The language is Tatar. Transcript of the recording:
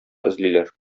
эзлиләр